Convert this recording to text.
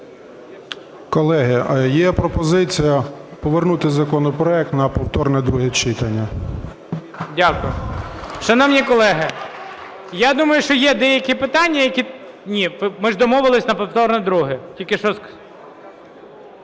Колеги, є пропозиція повернути законопроект на повторне друге читання. ГОЛОВУЮЧИЙ. Дякую. Шановні колеги, я думаю, що є деякі питання… Ми ж домовились на повторне друге,